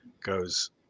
goes